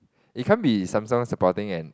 it can't be Samsung supporting an